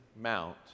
Mount